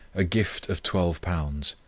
a gift of twelve pounds.